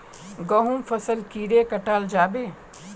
गहुम फसल कीड़े कटाल जाबे?